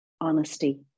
honesty